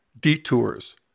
detours